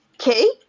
Okay